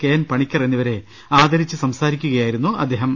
K N Panicker എന്നിവരെ ആദ രിച്ച് സംസാരിക്കുകയായിരുന്നു അദ്ദേഹം